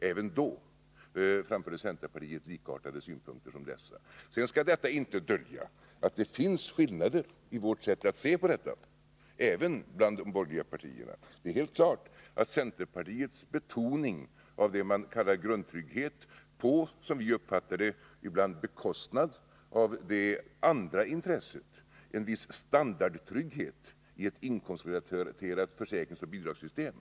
Även då framfördes likartade synpunkter. Sedan skall inte detta dölja att det även inom de borgerliga partierna finns skillnader i sättet att se på saken. Det är helt klart att centerpartiets betoning av vad som kallas grundtrygghet sker, som vi uppfattar det, på bekostnad av det andra intresset, en viss standardtrygghet i ett inkomstrelaterat försäkringsoch bidragssystem.